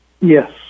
Yes